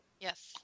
Yes